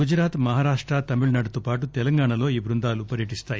గుజరాత్ మహారాష్ట తమిళనాడు తో పాటూ తెలంగాణా లో ఈ బృందాలు పర్యటిస్తాయి